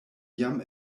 jam